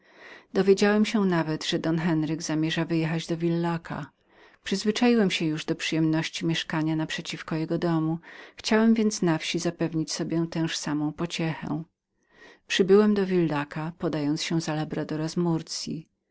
dowiedziałem się nawet że don enriquez zamierzał wyjechać do villaca przyzwyczaiłem się już do przyjemności mieszkania naprzeciw jego domu chciałem więc na wsi zapewnić sobie też samą pociechę przybyłem do villaca podając się za rolnika z